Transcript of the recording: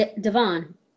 Devon